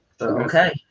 Okay